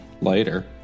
later